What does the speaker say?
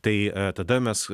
tai tada mes